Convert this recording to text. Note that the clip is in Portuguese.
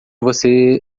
você